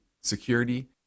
security